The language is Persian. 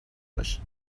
باشه